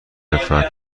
لطفا